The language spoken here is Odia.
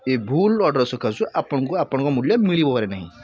ଏ ଭୁଲ୍ ଅର୍ଡ଼ର୍ ସକାଶୁ ଆପଣଙ୍କୁ ଆପଣଙ୍କ ମୂଲ୍ୟ ମିଳିବାର ନାହିଁ